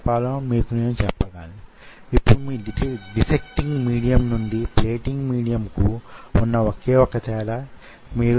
నేనింతకు ముందే చెప్పినట్లు skeletal muscle విషయంలో మ్యో ట్యూబ్ లు అత్యంత కనిష్ఠమైన పరిమాణం గలవి